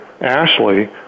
Ashley